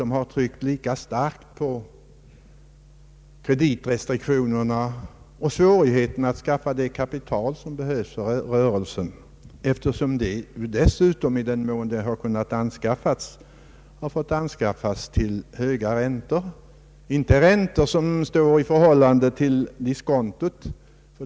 Man har i stället talat om kreditrestriktionerna och svå righeterna att skaffa fram erforderligt kapital för industrin. I den mån man över huvud taget kunnat upplåna kapital har det ju måst ske till mycket höga räntor. Det har varit räntor som inte stått i proportion till diskontot.